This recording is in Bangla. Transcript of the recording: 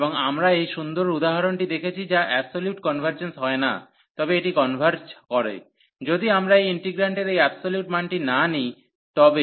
এবং আমরা এই সুন্দর উদাহরণটি দেখেছি যা অ্যাবসোলিউটলি কনভার্জেন্স হয় না তবে এটি কনভার্জ করে যদি আমরা এই ইন্টিগ্রান্টের এই অ্যাবসোলিউট মানটি না নিই তবে